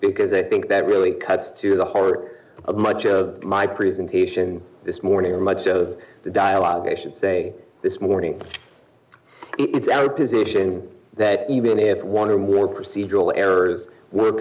because i think that really cuts to the heart of much of my presentation this morning and much of the dialogue this morning it's our position that even if one or more procedural errors were